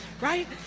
right